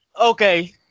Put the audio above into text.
Okay